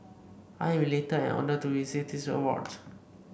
I am elated and honoured to receive this award